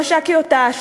לא מש"קיות ת"ש,